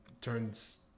turns